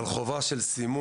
נכון.